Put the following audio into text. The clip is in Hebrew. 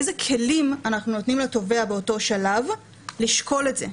איזה כלים אנחנו נותנים לתובע באותו שלב לשקול את זה?